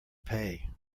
pay